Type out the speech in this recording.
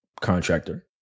contractor